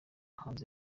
hanze